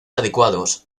adecuados